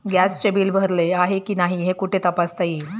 गॅसचे बिल भरले आहे की नाही हे कुठे तपासता येईल?